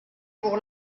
pour